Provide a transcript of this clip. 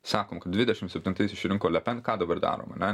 sakom kad dvidešim septintais išrinko le pen ką dabar darom ane